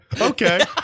okay